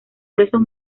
gruesos